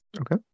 Okay